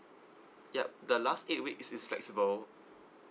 yup the last eight weeks is flexible